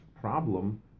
problem